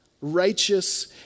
Righteous